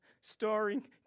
starring